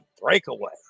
Breakaway